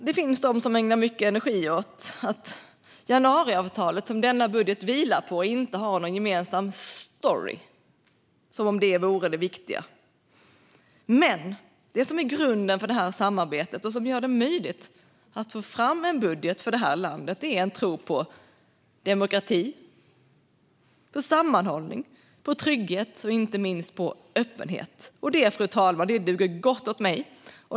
Det finns de som ägnar mycket energi åt att januariavtalet, som denna budget vilar på, inte har någon gemensam story - som om det vore det viktiga. Men det som är grunden för samarbetet, och som gör det möjligt att få fram en budget för landet, är en tro på demokrati, sammanhållning, trygghet och inte minst öppenhet. Det, fru talman, duger gott åt mig.